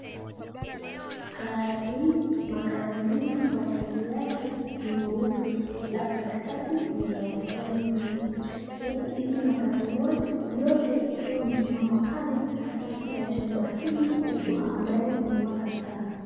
Magari mbili kwa rangi yake nyeupe alafu katikati kuna ya rangi nyeusi. Hizi magari yote ikiwa imesimama pale katikati la chumba ili kubwa ambalo imewaka taa.